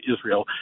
israel